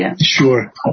Sure